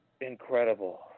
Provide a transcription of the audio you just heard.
incredible